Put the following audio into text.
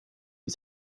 you